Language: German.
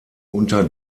unter